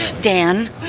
dan